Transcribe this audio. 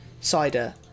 cider